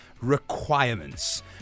requirements